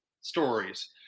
stories